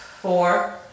four